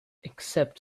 except